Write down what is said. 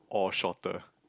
or shorter